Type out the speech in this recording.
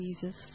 Jesus